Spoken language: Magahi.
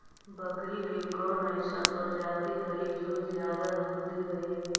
बकरी के कौन अइसन प्रजाति हई जो ज्यादा दूध दे हई?